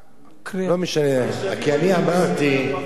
זה לא היה שרפה, זה היה קריעה.